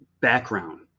background